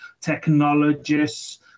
technologists